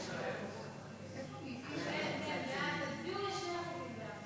והיא הוצמדה להצעת החוק הממשלתית.